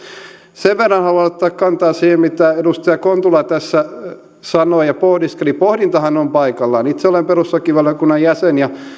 sen verran haluan ottaa kantaa siihen mitä edustaja kontula tässä sanoi ja pohdiskeli pohdintahan on paikallaan itse olen perustuslakivaliokunnan jäsen ja